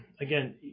again